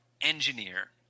Engineer